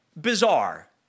bizarre